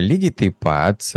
lygiai taip pat